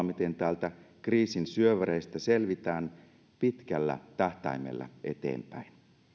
miten täältä kriisin syövereistä selvitään pitkällä tähtäimellä eteenpäin